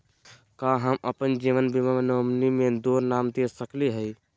का हम अप्पन जीवन बीमा के नॉमिनी में दो नाम दे सकली हई?